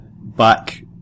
back